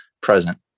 present